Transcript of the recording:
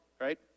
right